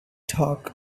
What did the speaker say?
talk